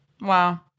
Wow